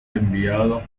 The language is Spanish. enviados